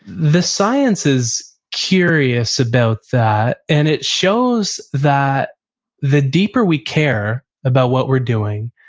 the science is curious about that, and it shows that the deeper we care about what we're doing,